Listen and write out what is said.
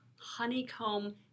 honeycomb